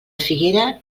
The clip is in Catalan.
figuera